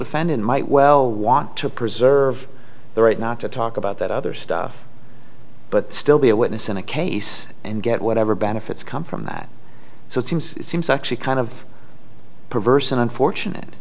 fan in might well want to preserve the right not to talk about that other stuff but still be a witness in a case and get whatever benefits come from that so it seems it seems actually kind of perverse and unfortunate